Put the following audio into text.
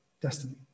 destiny